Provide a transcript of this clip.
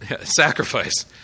sacrifice